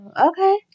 Okay